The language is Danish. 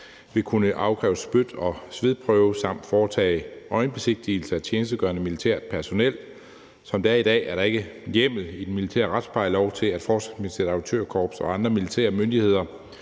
vil kunne afkræve spyt- og svedprøve samt foretage øjenbesigtigelse af tjenestegørende militært personel. Som det er i dag, er der ikke hjemmel i den militære retsplejelov til, at Forsvarsministeriets Auditørkorps og andre militære myndigheder